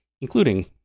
including